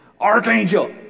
archangel